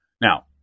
Now